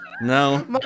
No